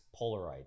Polaroid